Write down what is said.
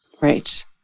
Right